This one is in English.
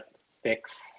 six